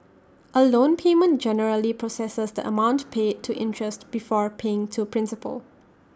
A loan payment generally processes the amount paid to interest before paying to principal